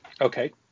Okay